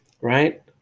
right